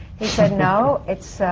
he said no. it's.